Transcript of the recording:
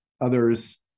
others